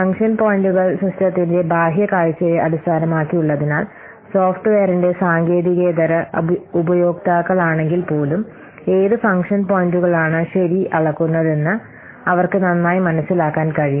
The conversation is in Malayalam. ഫംഗ്ഷൻ പോയിന്റുകൾ സിസ്റ്റത്തിന്റെ ബാഹ്യ കാഴ്ചയെ അടിസ്ഥാനമാക്കിയുള്ളതിനാൽ സോഫ്റ്റ്വെയറിന്റെ സാങ്കേതികേതര ഉപയോക്താക്കളാണെങ്കിൽപ്പോലും ഏത് ഫംഗ്ഷൻ പോയിന്റുകളാണ് ശരി അളക്കുന്നതെന്ന് അവർക്ക് നന്നായി മനസ്സിലാക്കാൻ കഴിയും